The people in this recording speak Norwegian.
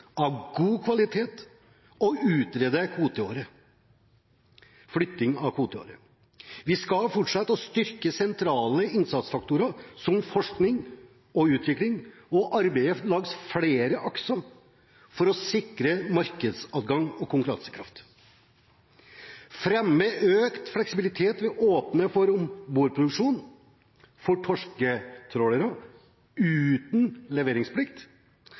av god kvalitet og utrede flytting av kvoteåret. Vi skal fortsette å styrke sentrale innsatsfaktorer som forskning og utvikling og arbeide langs flere akser for å sikre markedsadgang og konkurransekraft, fremme økt fleksibilitet ved å åpne for ombordproduksjon for torsketrålere uten leveringsplikt